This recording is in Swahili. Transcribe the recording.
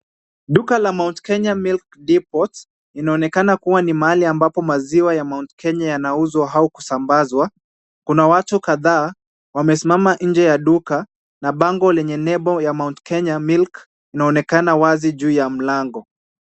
Duka la Mount Kenya milk depot , inaonekana kuwa ni mahali ambapo maziwa ya Mount Kenya yanauzwa au kusambazwa. Kuna watu kadhaa wamesimama nje ya duka, na bango lenye nembo ya Mount Kenya milk linaonekana wazi juu ya mlango.